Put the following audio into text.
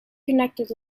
connected